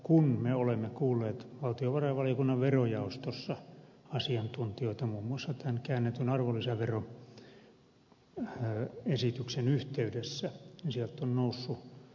kun me olemme kuulleet valtiovarainvaliokunnan verojaostossa asiantuntijoita muun muassa tämän käännetyn arvonlisäveroesityksen yhteydessä niin sieltä on noussut kaksi avainsanaa pintaan